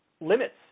limits